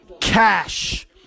cash